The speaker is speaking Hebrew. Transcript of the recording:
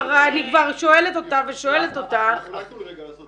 אני שואלת אותה ושואלת אותה -- אולי תתנו לי רגע לעשות